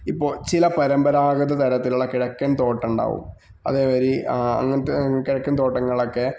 ഇപ്പോള് ചില പരമ്പരാഗത തരത്തിലുള്ള കിഴക്കന് തോട്ടമുണ്ടാകും അതേപടി അങ്ങനത്തെ കിഴക്കന് തോട്ടങ്ങളൊക്കെ